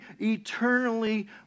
eternally